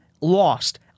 Lost